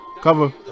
Cover